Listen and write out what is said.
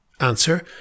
Answer